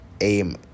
aim